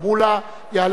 יעלה ויבוא.